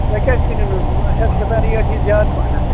تۄہہِ کیٛازِ کٔنِو نہٕ اَسہِ حظ چھِ گژھان ریٹ یہِ زیادٕ پہنَتھ